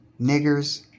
Niggers